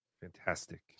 Fantastic